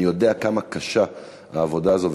אני יודע כמה קשה העבודה הזו,